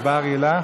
רגילה?